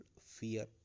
fear